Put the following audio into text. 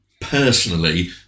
personally